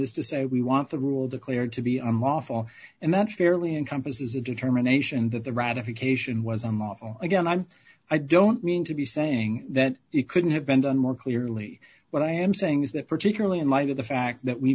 is to say we want the rule declared to be unlawful and that's fairly encompasses a determination that the ratification was unlawful again i'm i don't mean to be saying that it couldn't have been done more clearly what i am saying is that particularly in light of the fact that we